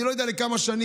אני לא יודע לכמה שנים,